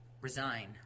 Resign